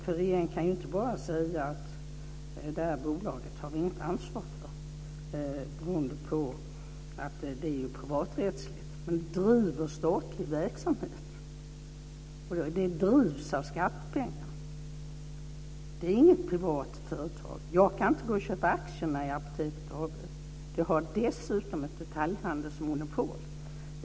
Regeringen kan ju inte bara säga att det här bolaget har vi inget ansvar för beroende på att det är privaträttsligt. Det driver statlig verksamhet, och det drivs av skattepengar. Det är inget privat företag. Jag kan inte gå och köpa aktierna i Apoteket AB. Det har dessutom ett detaljhandelsmonopol.